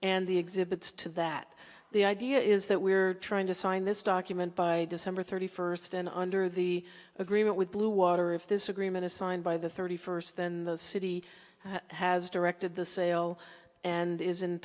and the exhibits to that the idea is that we are trying to sign this document by december thirty first and under the agreement with blue water if this agreement is signed by the thirty first then the city has directed the sale and is